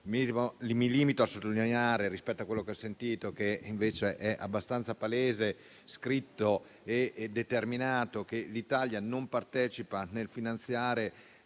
mi limito a sottolineare, rispetto a quello che ho sentito, che invece è abbastanza palese, scritto e determinato che l'Italia non partecipa al finanziamento